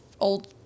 old